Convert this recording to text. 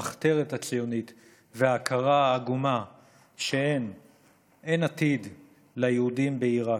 המחתרת הציונית וההכרה העגומה שאין עתיד ליהודים בעיראק.